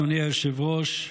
אדוני היושב-ראש,